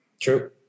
True